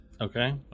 Okay